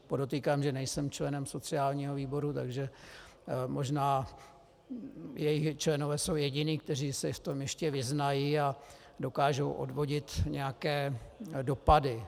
Podotýkám, že nejsem členem sociálního výboru, takže možná jeho členové jsou jediní, kteří se v tom ještě vyznají a dokážou odvodit nějaké dopady.